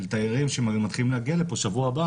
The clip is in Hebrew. של תיירים שמתחילים להגיע לפה שבוע הבא,